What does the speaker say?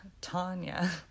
Tanya